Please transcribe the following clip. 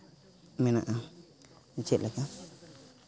ᱢᱮᱱᱟᱜᱼᱟ ᱡᱮᱞᱮᱠᱟ